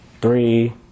three